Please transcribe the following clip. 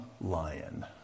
lion